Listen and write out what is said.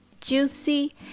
juicy